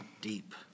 Deep